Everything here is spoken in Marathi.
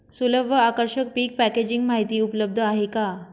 सुलभ व आकर्षक पीक पॅकेजिंग माहिती उपलब्ध आहे का?